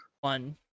one